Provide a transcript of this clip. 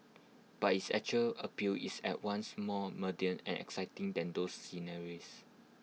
but its actual appeal is at once more mundane and exciting than those sceneries